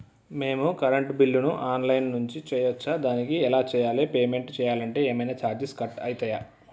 మేము కరెంటు బిల్లును online నుంచి చేయచ్చా? దానికి ఎలా చేయాలి? పేమెంట్ చేయాలంటే ఏమైనా చార్జెస్ కట్ అయితయా?